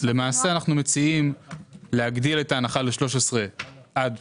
למעשה אנחנו מציעים להגדיל את ההנחה ל-13 עד